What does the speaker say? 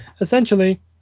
essentially